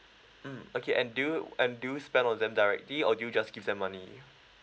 mm okay and do you and do you spend on them directly or do you just give them money